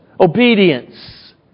obedience